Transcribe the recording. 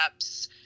apps